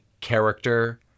character